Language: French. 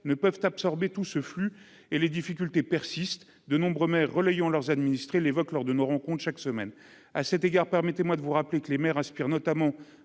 ne peuvent absorber tout ce flux et les difficultés persistent, de nombreux maires relayons leurs administrés l'évoque lors de nos rencontre chaque semaine à cet égard, permettez-moi de vous rappeler que les maires aspirent notamment